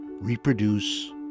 reproduce